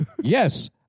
Yes